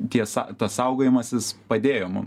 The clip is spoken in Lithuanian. tiesa tas saugodamasis padėjo mum